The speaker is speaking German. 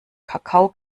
kakao